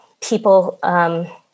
people